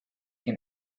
can